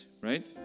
right